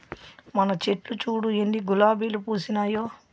మన చెట్లు చూడు ఎన్ని గులాబీలు పూసినాయో